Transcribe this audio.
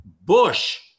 Bush